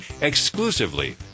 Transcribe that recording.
exclusively